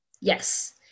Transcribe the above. Yes